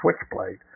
switchblade